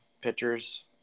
pitchers